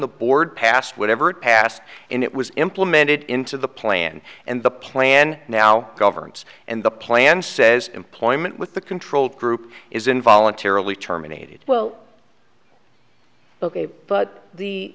the board passed whatever it passed and it was implemented into the plan and the plan now governs and the plan says employment with the control group is in voluntarily terminated well ok but the